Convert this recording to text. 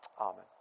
Amen